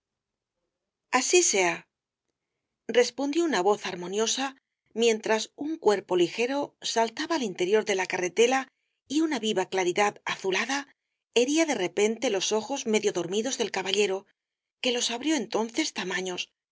así sea respondió una voz armoniosa mientras un cuerpo ligero saltaba al interior de la carretela y una viva claridad azulada hería de repente los ojos medio dormidos del caballero que los abrió entonces tamaños